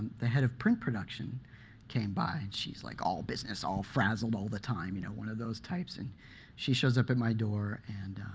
the head of print production came by. she's like, all business, all frazzled all the time, you know, one of those types. and she shows up at my door and,